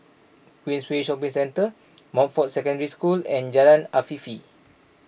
Queensway Shopping Centre Montfort Secondary School and Jalan Afifi